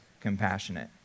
compassionate